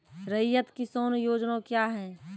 रैयत किसान योजना क्या हैं?